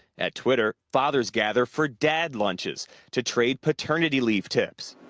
at twitter, fathers gather for dad lunches to trade paternity leave tips.